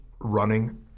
running